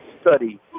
study